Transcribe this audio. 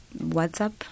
WhatsApp